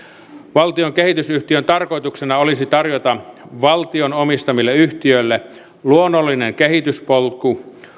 valtion kehitysyhtiön tarkoituksena olisi tarjota valtion omistamille yhtiöille luonnollinen kehityspolku